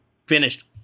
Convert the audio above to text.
finished